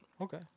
Okay